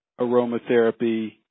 aromatherapy